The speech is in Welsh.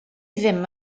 ddim